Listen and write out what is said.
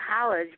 college